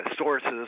sources